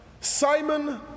simon